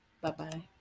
Bye-bye